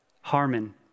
Harmon